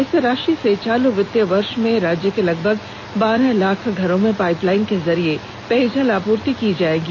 इस राशि से चालू वित्तीय वर्ष में राज्य के लगभग बारह लाख घरों में पाइपलाइन के जरिए पेयजलापूर्ति की जाएगी